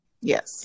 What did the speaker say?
Yes